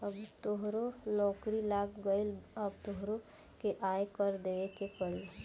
अब तोहरो नौकरी लाग गइल अब तोहरो के आय कर देबे के पड़ी